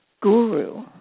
guru